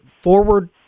forward